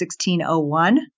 1601